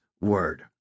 word